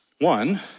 One